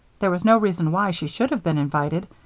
there was no reason why she should have been invited,